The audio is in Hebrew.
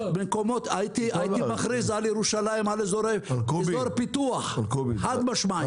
הייתי מכריז על ירושלים כאזור פיתוח, חד משמעית.